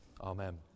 Amen